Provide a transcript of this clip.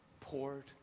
poured